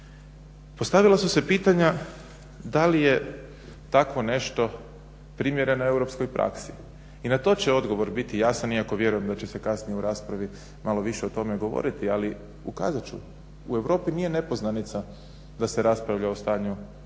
Postavila su se pitanja da li je takvo nešto primjereno europskoj praksi i na to će odgovor biti jasan iako vjerujem da će se kasnije u raspravi malo više o tome govoriti, ali ukazat ću u Europi nije nepoznanica da se raspravlja o stanju sudbene